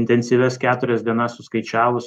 intensyvias keturias dienas suskaičiavus